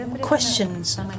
questions